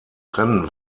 trennen